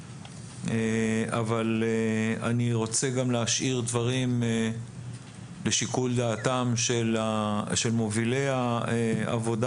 אבל אני רוצה גם להשאיר דברים לשיקול דעתם של מובילי העבודה,